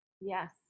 Yes